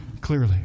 clearly